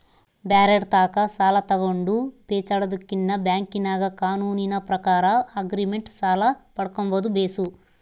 ಬ್ಯಾರೆರ್ ತಾಕ ಸಾಲ ತಗಂಡು ಪೇಚಾಡದಕಿನ್ನ ಬ್ಯಾಂಕಿನಾಗ ಕಾನೂನಿನ ಪ್ರಕಾರ ಆಗ್ರಿಮೆಂಟ್ ಸಾಲ ಪಡ್ಕಂಬದು ಬೇಸು